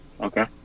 Okay